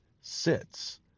sits